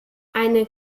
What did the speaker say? eine